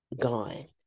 gone